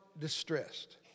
distressed